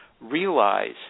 realize